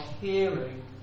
hearing